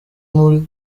muri